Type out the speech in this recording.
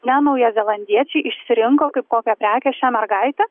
ne naujazelandiečiai išsirinko kaip kokią prekę šią mergaitę